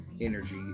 energy